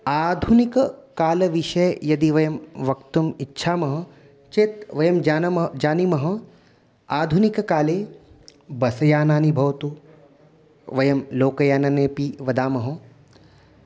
आधुनिककालविषये यदि वयं वक्तुम् इच्छामः चेत् वयं जानीमः जानीमः आधुनिककाले बसयानानि भवतु वयं लोकयानानि अपि वदामः